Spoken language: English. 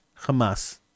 Hamas